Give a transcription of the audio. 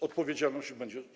Odpowiedzialność będzie.